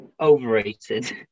overrated